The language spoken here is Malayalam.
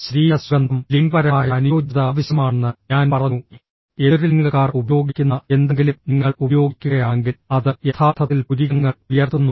ശരീര സുഗന്ധം ലിംഗപരമായ അനുയോജ്യത ആവശ്യമാണെന്ന് ഞാൻ പറഞ്ഞു എതിർ ലിംഗക്കാർ ഉപയോഗിക്കുന്ന എന്തെങ്കിലും നിങ്ങൾ ഉപയോഗിക്കുകയാണെങ്കിൽ അത് യഥാർത്ഥത്തിൽ പുരികങ്ങൾ ഉയർത്തുന്നു